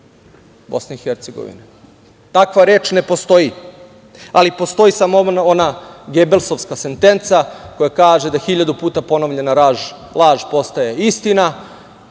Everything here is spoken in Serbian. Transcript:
Bosne i Hercegovine. Takva reč ne postoji, ali postoji samo ona gebelsovska sentenca koja kaže da hiljadu puta ponovljena laž postaje istina.